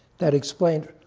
that explained